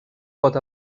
pot